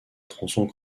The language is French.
tronçons